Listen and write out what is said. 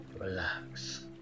Relax